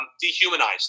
dehumanized